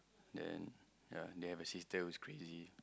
then ya they have a sister who's crazy